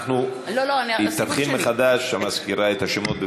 היא תתחיל מחדש, המזכירה, את השמות.